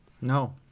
no